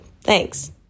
Thanks